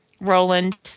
Roland